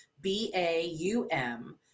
b-a-u-m